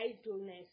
idleness